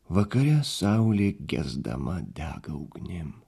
vakare saulė gesdama dega ugnim